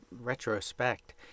retrospect